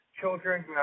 children